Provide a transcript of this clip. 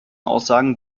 aussagen